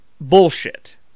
bullshit